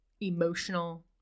emotional